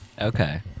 Okay